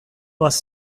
was